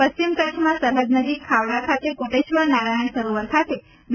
પશ્ચિમ કચ્છમાં સરહદ નજીક ખાવડા ખાતે કોટેશ્વર નારાયણ સરોવર ખાતે બી